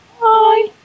Bye